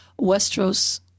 Westeros